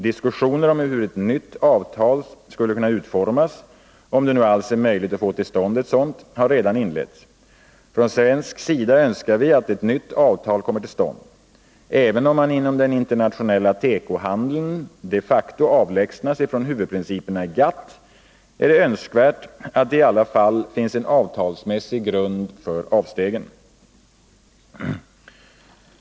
Diskussioner om hur ett nytt avtal skulle kunna utformas, om det nu alls är möjligt att få till stånd ett sådant, har redan inletts. Från svensk sida önskar vi att ett nytt avtal kommer till stånd. Även om man inom den internationella tekohandeln de facto avlägsnat sig från huvudprinciperna i GATT, är det önskvärt att det i alla fall finns en avtalsmässig grund för avstegen.